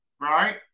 right